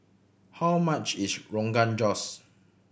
how much is Rogan Josh